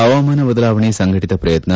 ಪವಾಮಾನ ಬದಲಾಣೆಗೆ ಸಂಘಟಿತ ಪ್ರಯತ್ನ